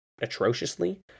atrociously